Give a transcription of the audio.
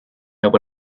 able